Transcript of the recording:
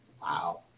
Wow